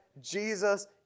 Jesus